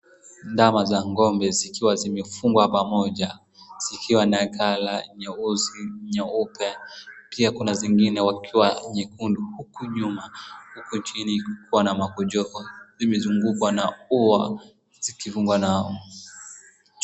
Ndama za ng'ombe zikiwa zimefungwa pamoja, zikiwa na colour nyeusi, nyeupe, pia kuna zingine wakiwa nyekundu huku nyuma, huku chini wakiwa na makojoo, zimezungukwa na ua, zikifungwa na...